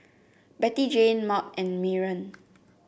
Bettyjane Maud and Maren